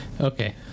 Okay